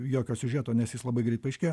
jokio siužeto nes jis labai greit paaiškėjo